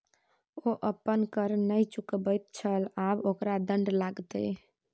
ओ अपन कर नहि चुकाबैत छल आब ओकरा दण्ड लागतै